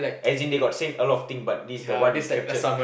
as in they got say a lot of thing but this the one you captured